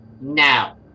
Now